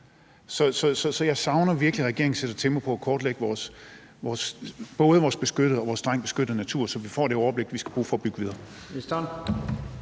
Så jeg savner virkelig, at regeringen sætter tempo på at kortlægge både vores beskyttede og vores strengt beskyttede natur, så vi får det overblik, vi skal bruge for at bygge videre.